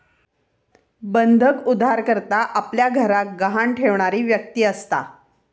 बंधक उधारकर्ता आपल्या घराक गहाण ठेवणारी व्यक्ती असता